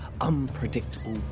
unpredictable